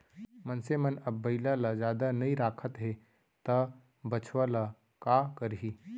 मनसे मन अब बइला ल जादा नइ राखत हें त बछवा ल का करहीं